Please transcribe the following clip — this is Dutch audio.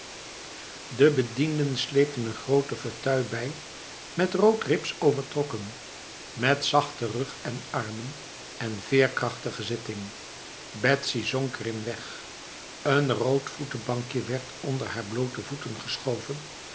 de bedienden sleepten een grote fauteuil bij met rood rips overtrokken met zachte rug en armen en veerkrachtige zitting betsy zonk erin weg een rood voetenbankje werd onder haar blote voeten geschoven